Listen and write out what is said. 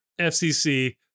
FCC